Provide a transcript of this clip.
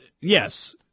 yes